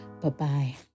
Bye-bye